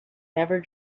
never